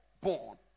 born